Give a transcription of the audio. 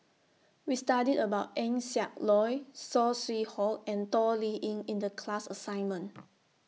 We studied about Eng Siak Loy Saw Swee Hock and Toh Liying in The class assignment